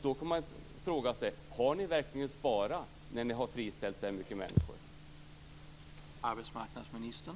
Då kan man fråga sig: Har ni verkligen sparat, när ni har friställt så mycket människor?